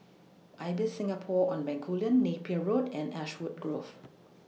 Ibis Singapore on Bencoolen Napier Road and Ashwood Grove